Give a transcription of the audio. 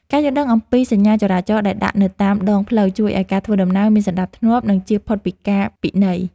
ការយល់ដឹងអំពីសញ្ញាចរាចរណ៍ដែលដាក់នៅតាមដងផ្លូវជួយឱ្យការធ្វើដំណើរមានសណ្ដាប់ធ្នាប់ និងជៀសផុតពីការពិន័យ។